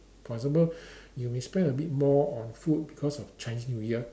for example you may spend abit more on food because of Chinese new year